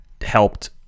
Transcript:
helped